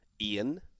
Ian